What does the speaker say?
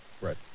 Right